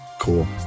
Cool